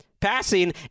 passing